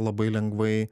labai lengvai